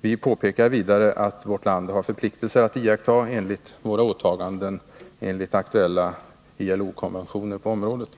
Vi påpekar vidare att vårt land har förpliktelser att iakttaga enligt våra åtaganden i den aktuella ILO-konventionen på området.